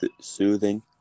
soothing